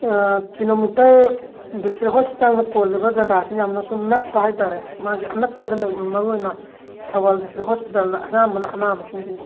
kilometre district ꯍꯣꯁꯄꯤꯇꯥꯜꯅ ꯀꯣꯜꯂꯤꯕ ꯖꯒꯥꯁꯦ ꯌꯥꯝꯅꯁꯨ ꯅꯛꯄ ꯍꯥꯏ ꯇꯥꯔꯦ ꯃꯥꯒꯤ ꯑꯅꯛꯄꯗ ꯂꯩꯕ ꯃꯔꯨꯑꯣꯏꯅ ꯊꯧꯕꯥꯜ ꯗꯤꯁꯇ꯭ꯔꯤꯛ ꯍꯣꯁꯄꯤꯇꯥꯜꯗ ꯑꯌꯥꯝꯕꯅ ꯑꯅꯥꯕꯁꯤꯡꯁꯤ ꯌꯦꯡꯉꯤ